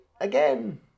again